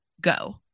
Go